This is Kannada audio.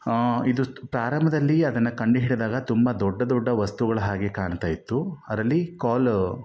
ಇದು ಪ್ರಾರಂಭದಲ್ಲಿ ಅದನ್ನು ಕಂಡಿಡಿದಾಗ ತುಂಬ ದೊಡ್ಡ ದೊಡ್ಡ ವಸ್ತುಗಳ ಹಾಗೆ ಕಾಣ್ತಾಯಿತ್ತು ಅದರಲ್ಲಿ ಕಾಲ್